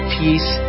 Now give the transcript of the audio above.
peace